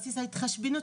בסיס ההתחשבנות,